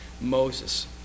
Moses